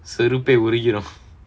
செருப்பே உருகிடும்:serupae urugidum